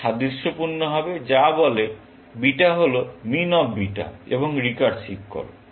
এটি সাদৃশ্যপূর্ণ হবে যা বলে বিটা হল মিন অফ বিটা এবং রিকার্সিভ কল